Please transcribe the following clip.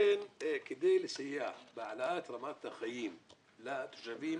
כדי לסייע בהעלאת רמת החיים לתושבים,